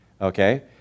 Okay